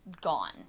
gone